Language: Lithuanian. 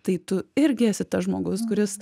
tai tu irgi esi tas žmogus kuris